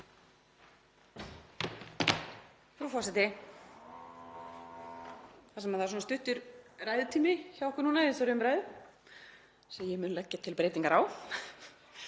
Frú forseti. Þar sem það er svona stuttur ræðutími hjá okkur í þessari umræðu, sem ég mun leggja til breytingar á,